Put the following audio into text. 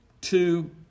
two